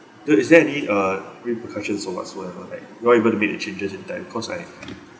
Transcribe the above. dude is there any uh repercussions or whatsoever like why we want to make the changes in time cause I